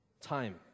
time